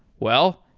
well,